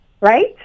Right